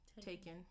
taken